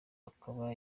akaba